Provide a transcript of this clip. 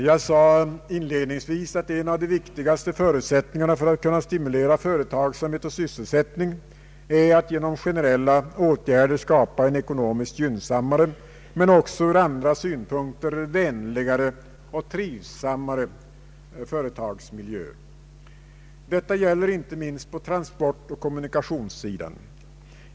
Jag sade inledningsvis att en av de viktigaste förutsättningarna för att kunna stimulera företagssamhet och sysselsättning är att genom generalla åtgärder skapa en ekonomiskt gynnsammare, men också ur andra synpunkter vänligare och trivsammare företagsmiljö. Detta gäller inte minst på transportoch kommunikationssidan.